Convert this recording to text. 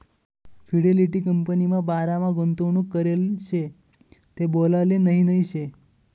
Fidelity कंपनीमा बारामा गुंतवणूक करेल शे ते बोलाले नही नही शे